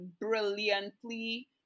brilliantly